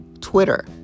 Twitter